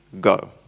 go